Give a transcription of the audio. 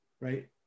right